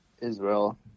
Israel